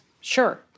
Sure